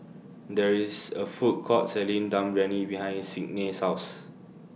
There IS A Food Court Selling Dum behind Signe's House